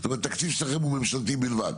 זאת אומרת התקציב שלכם הוא ממשלתי בלבד.